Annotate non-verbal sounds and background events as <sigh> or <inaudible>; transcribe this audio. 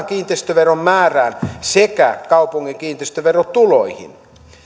<unintelligible> kiinteistöveron määrään sekä kaupungin kiinteistöverotuloihin